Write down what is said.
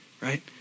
right